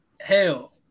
Hell